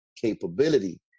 capability